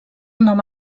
nom